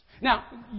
Now